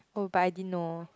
oh but I didn't know